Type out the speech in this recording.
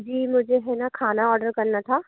जी मुझे हैं ना खाना ऑर्डर करना था